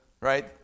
right